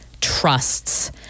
trusts